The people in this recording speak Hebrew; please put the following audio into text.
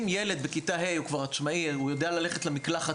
אם ילד בכיתה ה' הוא כבר עצמאי והוא יודע ללכת למקלחת